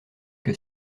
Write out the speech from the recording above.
que